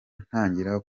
ntangira